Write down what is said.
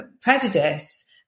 prejudice